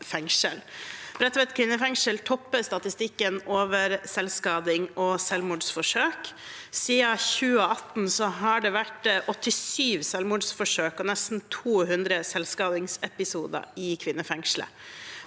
kvinnefengsel topper statistikken over selvskading og selvmordsforsøk. Siden 2018 har det vært 87 selvmordsforsøk og nesten 200 selvskadingsepisoder i kvinnefengselet.